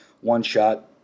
one-shot